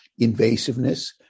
invasiveness